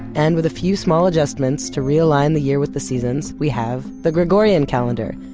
and with a few small adjustments to realign the year with the seasons, we have the gregorian calendar,